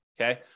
Okay